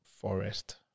Forest